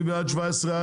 מי בעד 17(א)?